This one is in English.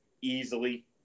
easily